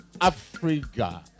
Africa